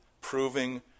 proving